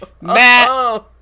Matt